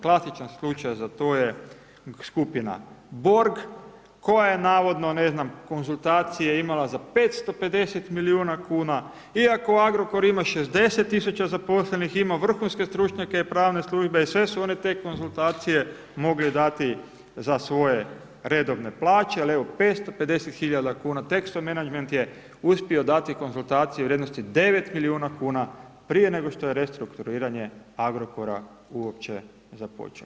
Klasičan slučaj za to je skupina borg, koja je navodno ne znam konzultacije imala za 550 milijuna kuna iako Agrokor ima 60 tisuća zaposlenih, ima vrhunske stručnjake i pravne službe i sve su one te konzultacije mogle dati za svoje redovne plaće, ali evo 550 hiljada kuna, Texo Menagment je uspio dati konzultacije u vrijednosti 9 milijuna kuna prije nego što je restrukturiranje Agrokora uopće započeo.